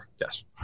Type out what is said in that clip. yes